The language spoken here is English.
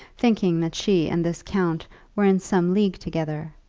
thinking that she and this count were in some league together,